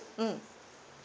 mm